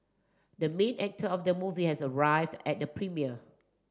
the main actor of the movie has arrived at the premiere